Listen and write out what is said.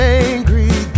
angry